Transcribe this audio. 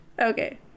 Okay